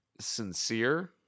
Sincere